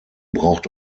braucht